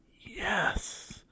yes